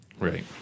right